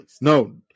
No